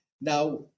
Now